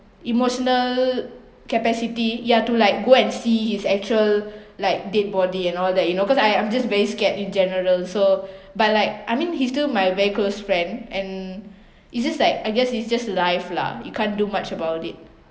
emotional capacity ya to like go and see his actual like dead body and all that you know cause I'm just very scared in general so but like I mean he's still my very close friend and it's just like I guess it's just life lah you can't do much about it